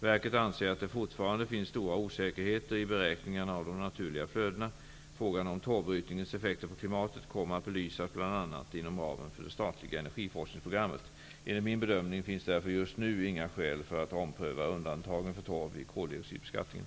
Verket anser att det fortfarande finns stora osäkerheter i beräkningarna av de naturliga flödena. Frågan om torvbrytningens effekter på klimatet kommer att belysas, bl.a. inom ramen för det statliga energiforskningsprogrammet. Enligt min bedömning finns därför just nu inga skäl för att ompröva undantagen för torv i koldioxidbeskattningen.